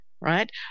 right